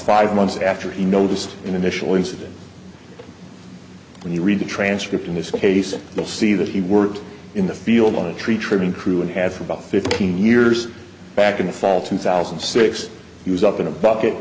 five months after he noticed an initial incident when he read the transcript in this case will see that he worked in the field on a tree trimming crew and has about fifteen years back in the fall two thousand and six he was up in a bucket